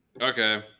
okay